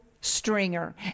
Stringer